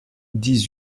dix